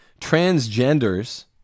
transgenders